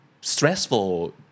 stressful